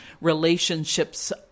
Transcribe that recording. relationships